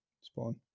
Spawn